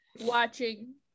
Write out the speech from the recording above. watching